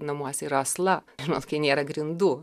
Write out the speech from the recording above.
namuose yra asla žinot kai nėra grindų